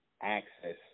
access